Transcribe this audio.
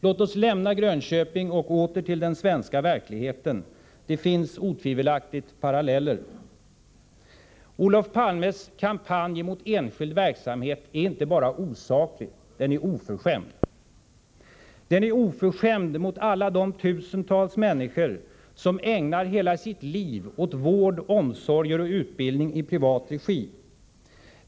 Låt oss lämna Grönköping och återvända till den svenska verkligheten! Det finns otvivelaktigt paralleller. Olof Palmes kampanj emot enskild verksamhet är inte bara osaklig, utan också oförskämd. Den är oförskämd emot alla de tusentals människor som ägnar hela sitt liv åt vård, omsorger och utbildning i privat regi.